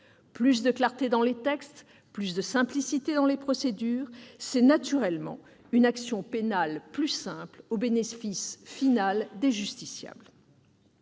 Plus de clarté dans les textes et de simplicité dans les procédures, c'est naturellement une action pénale plus simple au bénéfice final des justiciables.